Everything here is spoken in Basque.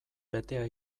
betea